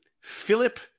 Philip